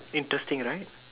interesting right